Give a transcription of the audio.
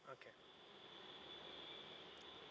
okay